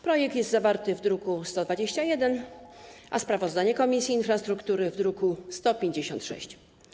Projekt jest zawarty w druku nr 121, a sprawozdanie Komisji Infrastruktury - w druku nr 156.